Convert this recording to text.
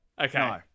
okay